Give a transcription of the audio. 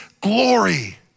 glory